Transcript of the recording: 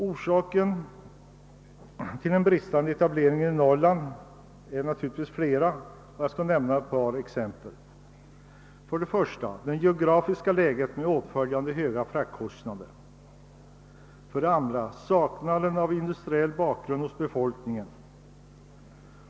Orsakerna till den bristande etableringen i Norrland är naturligtvis flera, och jag skall nämna några. För det första orsakar det geografiska läget höga fraktkostnader. För det andra saknas industriell bakgrund hos befolkningen.